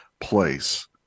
place